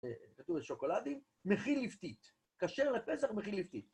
כתוב על שוקולדים, מכיל ליפתית. כשר לפסח, מכיל ליפתית.